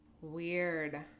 weird